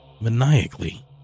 maniacally